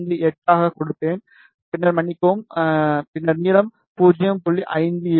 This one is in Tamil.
058 ஆகக் கொடுப்பேன் பின்னர் மன்னிக்கவும் பின்னர் நீளம் 0